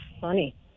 funny